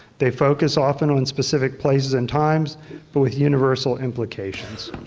they focus often on specific places and times but with universal implications.